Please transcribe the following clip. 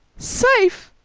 safe!